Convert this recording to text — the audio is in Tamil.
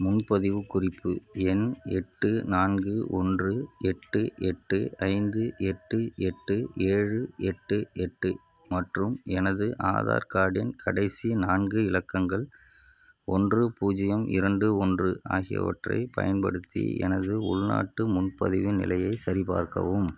முன்பதிவு குறிப்பு எண் எட்டு நான்கு ஒன்று எட்டு எட்டு ஐந்து எட்டு எட்டு ஏழு எட்டு எட்டு மற்றும் எனது ஆதார் கார்டின் கடைசி நான்கு இலக்கங்கள் ஒன்று பூஜ்ஜியம் இரண்டு ஒன்று ஆகியவற்றைப் பயன்படுத்தி எனது உள்நாட்டு முன்பதிவின் நிலையை சரிபார்க்கவும்